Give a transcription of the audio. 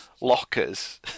lockers